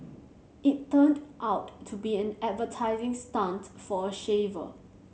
it turned out to be an advertising stunt for a shaver